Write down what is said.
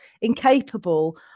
incapable